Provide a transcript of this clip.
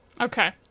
Okay